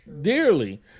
Dearly